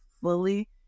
fully